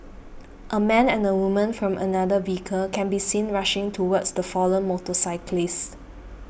a man and a woman from another vehicle can be seen rushing towards the fallen motorcyclist